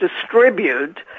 distribute